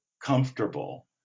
comfortable